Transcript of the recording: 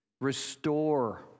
Restore